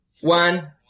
one